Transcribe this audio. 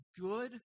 good